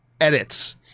edits